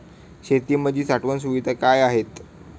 शेतीमध्ये साठवण सुविधा काय आहेत?